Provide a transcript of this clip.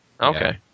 Okay